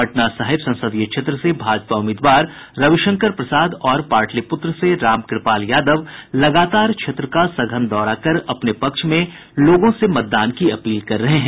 पटना साहिब संसदीय क्षेत्र से भाजपा उम्मीदवार रविशंकर प्रसाद और पाटलिपुत्र से रामकृपाल यादव लगातार क्षेत्र का सघन दौरा कर अपने पक्ष में लोगों से मतदान की अपील कर रहे हैं